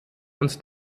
uns